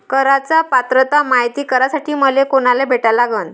कराच पात्रता मायती करासाठी मले कोनाले भेटा लागन?